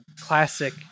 classic